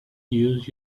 use